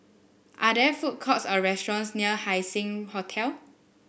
are there food courts or restaurants near Haising Hotel